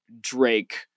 Drake